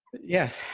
yes